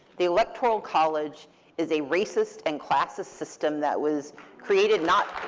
the electoral college is a racist and classist system that was created not